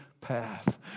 path